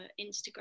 Instagram